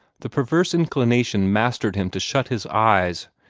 the perverse inclination mastered him to shut his eyes,